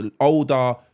older